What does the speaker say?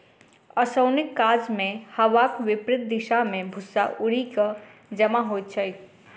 ओसौनीक काजमे हवाक विपरित दिशा मे भूस्सा उड़ि क जमा होइत छै